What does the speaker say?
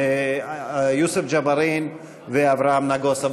יוסף ג'בארין ואברהם נגוסה.